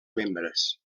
membres